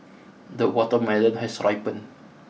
the watermelon has ripened